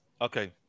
Okay